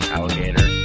Alligator